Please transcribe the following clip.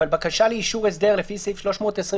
אבל בקשה לאישור הסדר לפי סעיף 321